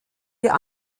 wir